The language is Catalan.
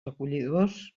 acollidors